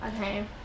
okay